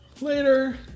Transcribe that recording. Later